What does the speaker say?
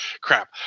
Crap